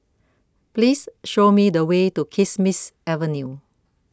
Please Show Me The Way to Kismis Avenue